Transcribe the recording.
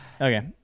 Okay